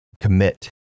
commit